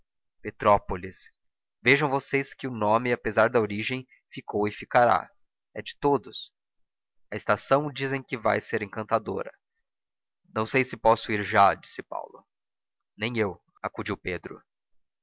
petrópolis vejam vocês que o nome apesar da origem ficou e ficará é de todos a estação dizem que vai ser encantadora eu não sei se posso ir já disse paulo nem eu acudiu pedro